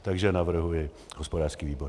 Takže navrhuji hospodářský výbor.